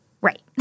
Right